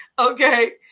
Okay